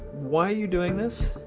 why are you doing this?